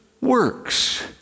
works